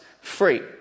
free